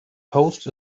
post